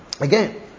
again